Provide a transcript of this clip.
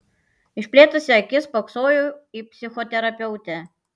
išplėtusi akis spoksojau į psichoterapeutę